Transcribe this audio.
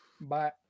Bye